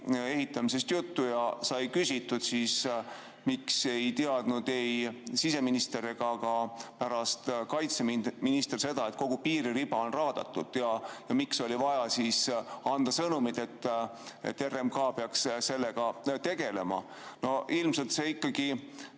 ehitamisest juttu ja sai küsitud, miks ei teadnud ei siseminister ega ka pärast kaitseminister seda, et kogu piiririba on raadatud, ja miks oli vaja anda sõnumeid, et RMK peaks sellega tegelema. Ilmselt see ikkagi